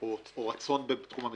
או רצון בתחום המדיניות.